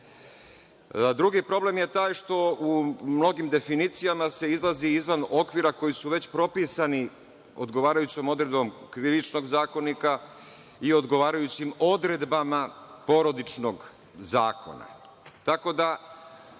dese. Drugi problem je taj što u mnogim definicijama se izlazi izvan okvira koji su već propisani odgovarajućom odredbom Krivičnog zakonika i odgovarajućim odredbama Porodičnog zakona,